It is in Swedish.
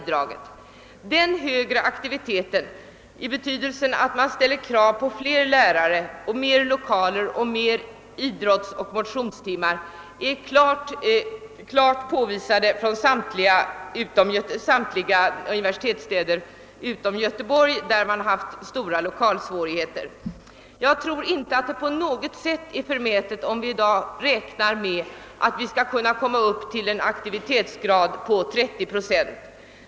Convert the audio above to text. Den högre aktiviteten, innebärande krav på fler lärare, fler lokaler och ytterligare idrottsoch motionstimmar, är klart påvisad från samtliga universitetsstäder utom Göteborg, där man haft stora lokalsvårigheter. Jag tror inte att det på något sätt är förmätet att i dag räkna med att vi skall kunna komma upp till en aktivitetsgrad av 30 procent.